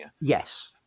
Yes